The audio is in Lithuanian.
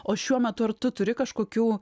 o šiuo metu ar tu turi kažkokių